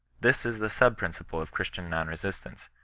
this is the sub-principle of christian non-resist ance.